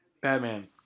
Batman